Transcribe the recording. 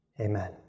amen